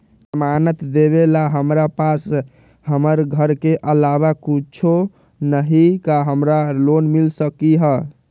जमानत देवेला हमरा पास हमर घर के अलावा कुछो न ही का हमरा लोन मिल सकई ह?